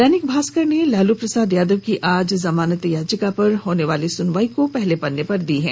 दैनिक भास्कर ने लालू प्रसाद यादव की आज जमानत याचिका पर होने वाली सुनवाई को पहले पन्ने पर जगह दी है